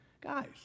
guys